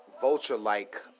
Vulture-like